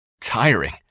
tiring